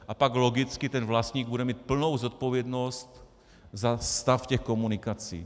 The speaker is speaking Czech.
A pak logicky vlastník bude mít plnou zodpovědnost za stav těch komunikací.